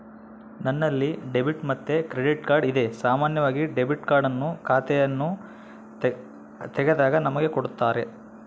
ನನ್ನಲ್ಲಿ ಡೆಬಿಟ್ ಮತ್ತೆ credit card ಇದೆ, ಸಾಮಾನ್ಯವಾಗಿ ಡೆಬಿಟ್ ಕಾರ್ಡ್ ಅನ್ನು ಖಾತೆಯನ್ನು ತೆಗೆದಾಗ ನಮಗೆ ಕೊಡುತ್ತಾರ